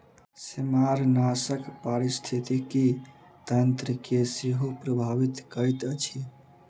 सेमारनाशक पारिस्थितिकी तंत्र के सेहो प्रभावित करैत अछि